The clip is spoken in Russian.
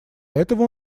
этого